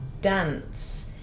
Dance